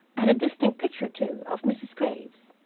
had a distinct picture, too, of mrs. graves,